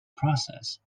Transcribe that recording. process